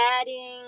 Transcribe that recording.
adding